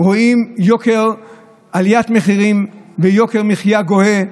רואים עליית מחירים ויוקר מחיה גואה,